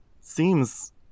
seems